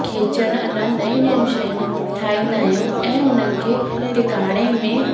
घेचण अञा नयूं नयूं शयूं ठाहींदा आहियूं ऐं उन्हनि खे टिकाणे में